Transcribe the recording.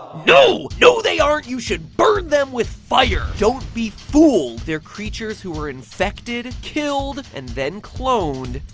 no! no, they aren't, you should burn them with fire! don't be fooled, they're creatures who were infected, killed, and then cloned,